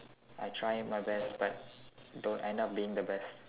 I try my best but don't end up being the best